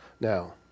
Now